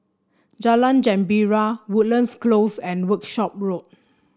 Jalan Gembira Woodlands Close and Workshop Road